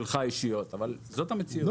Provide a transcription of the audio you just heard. שלך אישיות, אבל זאת המציאות.